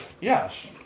Yes